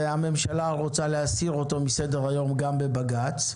הממשלה רוצה להסירו מסדר-היום גם בבג"ץ,